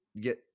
get